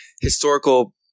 Historical